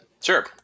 Sure